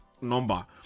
number